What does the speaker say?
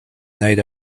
night